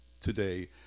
today